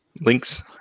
links